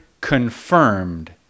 confirmed